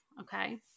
Okay